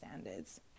standards